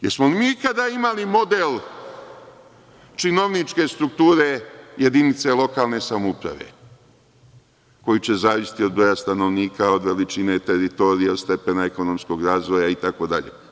Jel smo mi ikada imali model činovničke strukture jedinice lokalne samouprave, koji će zavisiti od broja stanovnika, od veličine teritorije, stepena ekonomskog razvoja itd?